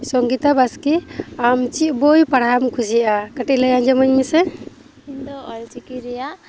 ᱥᱚᱝᱜᱤᱛᱟ ᱵᱟᱥᱠᱤ ᱟᱢ ᱪᱮᱫ ᱵᱳᱭ ᱯᱟᱲᱦᱟᱣ ᱮᱢ ᱠᱩᱥᱤᱭᱟᱜᱼᱟ ᱠᱟᱹᱴᱤᱡ ᱞᱟᱹᱭ ᱟᱡᱚᱢᱟᱹᱧ ᱢᱮᱥᱮ ᱤᱧ ᱫᱚ ᱚᱞ ᱪᱤᱠᱤ ᱨᱮᱭᱟᱜ